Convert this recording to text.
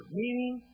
meaning